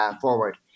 forward